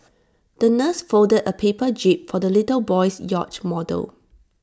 the nurse folded A paper jib for the little boy's yacht model